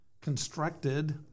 constructed